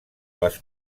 les